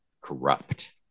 Corrupt